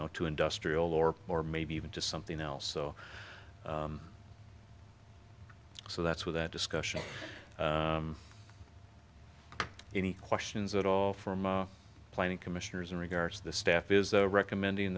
know to industrial or or maybe even to something else so so that's where that discussion any questions at all from planning commissioners in regards the staff is recommending